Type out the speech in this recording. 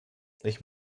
ich